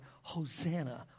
Hosanna